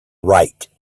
write